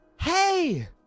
hey